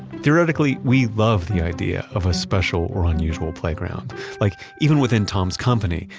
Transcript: theoretically we love the idea of a special or unusual playground like even within tom's company.